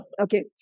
Okay